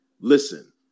listen